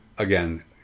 Again